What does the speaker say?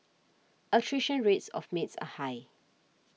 attrition rates of maids are high